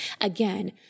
Again